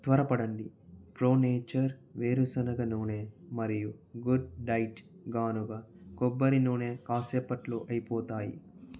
త్వరపడండి pro nature వేరుశనగ నూనె మరియు గుడ్ డైట్ గానుగ కొబ్బరి నూనె కాసేపట్లో అయిపోతాయి